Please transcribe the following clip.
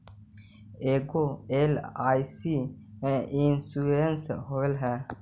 ऐगो LIC insurance होव है?